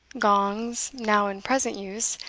gongs, now in present use,